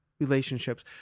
Relationships